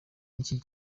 niki